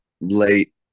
late